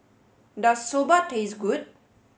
does Soba taste good